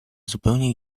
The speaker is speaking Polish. zupełnie